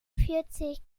vierzig